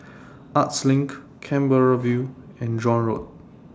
Arts LINK Canberra View and John Road